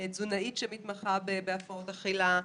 אצל תזונאית שמתמחה בהפרעות אכילה,